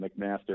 McMaster